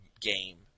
game